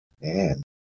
Man